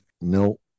No